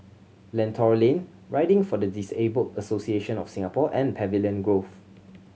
Lentor Lane Riding for the Disabled Association of Singapore and Pavilion Grove